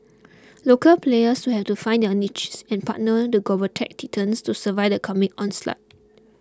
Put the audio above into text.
local players will have to find their niche and partner the global tech titans to survive the coming onslaught